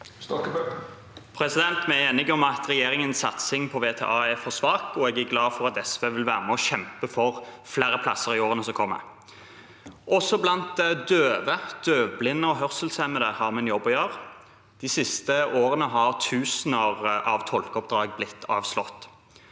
Vi er enige om at regjeringens satsing på VTA er for svak, og jeg er glad for at SV vil være med og kjempe for flere plasser i årene som kommer. Også blant døve, døvblinde og hørselshemmede har vi en jobb å gjøre. De siste årene har tusener av tolkeoppdrag blitt avslått.